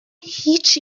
هیچ